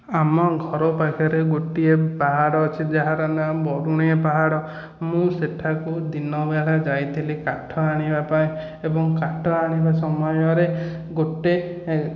ଆମ ଘରପାଖରେ ଗୋଟିଏ ପାହାଡ଼ ଅଛି ଯାହାର ନାଁ ବରୁଣେଇ ପାହାଡ଼ ମୁଁ ସେଠାକୁ ଦିନବେଳା ଯାଇଥିଲି କାଠ ହାଣିବାପାଇଁ ଏବଂ କାଠ ହାଣିବା ସମୟରେ ଗୋଟିଏ